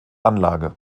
anlage